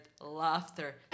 laughter